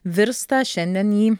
virsta šiandien į